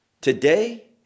today